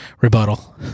rebuttal